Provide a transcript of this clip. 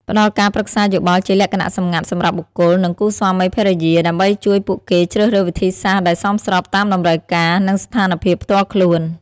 ផ្ដល់ការប្រឹក្សាយោបល់ជាលក្ខណៈសម្ងាត់សម្រាប់បុគ្គល និងគូស្វាមីភរិយា ដើម្បីជួយពួកគេជ្រើសរើសវិធីសាស្ត្រដែលសមស្របតាមតម្រូវការ និងស្ថានភាពផ្ទាល់ខ្លួន ។